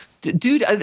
Dude